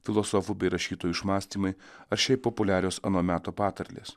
filosofų bei rašytojų išmąstymai ar šiaip populiarios ano meto patarlės